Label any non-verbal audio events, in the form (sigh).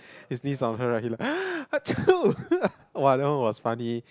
he sneezed on her right ah choo (laughs) !wah! that one was funny